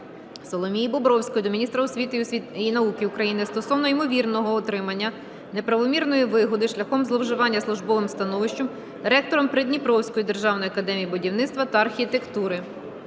Соломії Бобровської до міністра освіти і науки України стосовно ймовірного отримання неправомірної вигоди шляхом зловживання службовим становищем ректором Придніпровської державної академії будівництва та архітектури.